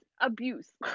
abuse